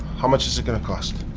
how much is it going to cost?